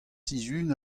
sizhun